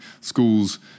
schools